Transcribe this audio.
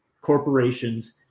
corporations